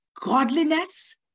godliness